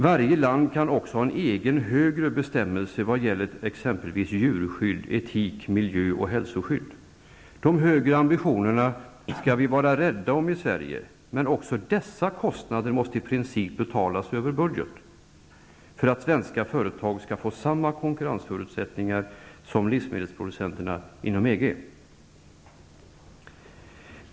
Varje land kan också ha en egna strängare bestämmelser vad gäller exempelvis djurskydd, etik, miljö och hälsoskydd. De högre ambitionerna skall vi vara rädda om i Sverige. Men också dessa kostnader måste i princip betalas över budget för att svenska företag skall få samma konkurrensförutsättningar som livsmedelsproducenterna inom EG.